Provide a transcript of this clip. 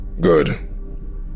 Good